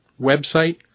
website